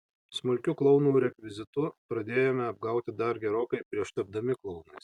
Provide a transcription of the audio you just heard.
smulkiu klounų rekvizitu pradėjome apgauti dar gerokai prieš tapdami klounais